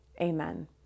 Amen